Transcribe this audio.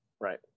right